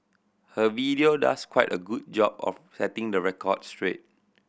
her video does quite a good job of setting the record straight